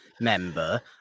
member